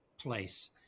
place